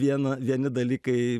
viena vieni dalykai